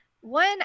one